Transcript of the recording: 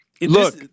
Look